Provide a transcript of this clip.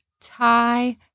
tie